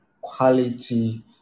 quality